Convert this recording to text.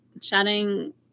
chatting